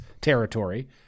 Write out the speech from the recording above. territory